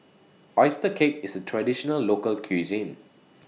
Oyster Cake IS A Traditional Local Cuisine